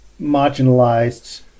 marginalized